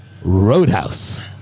Roadhouse